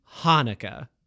Hanukkah